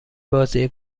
بازی